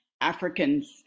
Africans